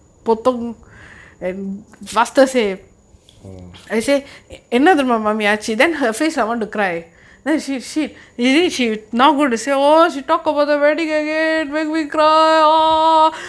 mm